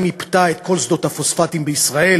היא מיפתה את כל שדות הפוספטים בישראל,